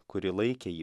kuri laikė jį